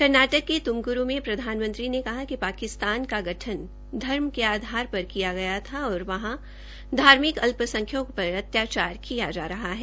कर्नाटक के तुमकुरू में प्रधानमंत्री ने कहा कि पाकिस्तान का गठन धर्म के आधार पर किया गया था और वहां धार्मिक अल्पसंख्यकों पर अत्याचार किया जा रहा है